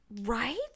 Right